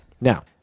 Now